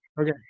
Okay